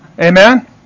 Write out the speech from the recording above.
Amen